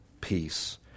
peace